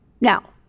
Now